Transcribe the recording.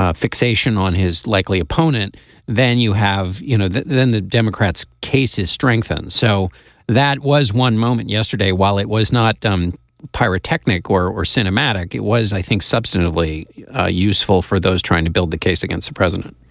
ah fixation on his likely opponent then you have you know then the democrats case is strengthened. so that was one moment yesterday while it was not um pyrotechnic or or cinematic. it was i think substantively ah useful for those trying to build the case against the president